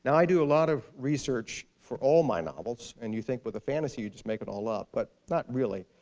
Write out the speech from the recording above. and i do a lot of research for all my novels. and you'd think with a fantasy, you'd just make it all up, but not really.